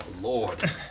lord